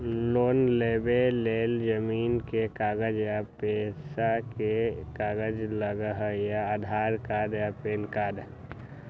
Loan लेवेके लेल जमीन के कागज या पेशा के कागज लगहई या आधार कार्ड या पेन कार्ड?